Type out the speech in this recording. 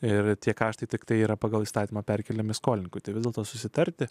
ir tiek kartų tiktai yra pagal įstatymą perkeliami skolininkų vis dėlto susitarti